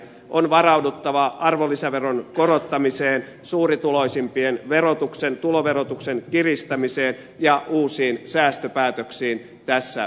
on varauduttava arvonlisäveron korottamiseen suuri tuloisimpien tuloverotuksen kiristämiseen ja uusiin säästöpäätöksiin tässä vaikeassa tilanteessa